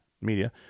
media